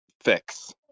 fix